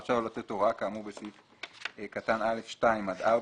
רשאי הוא לתת הוראה כאמור בסעיף קטן (א)(2) עד (4),